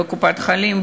בקופת-חולים,